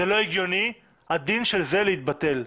הדין של זה להתבטל.